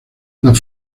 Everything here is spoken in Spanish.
las